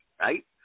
right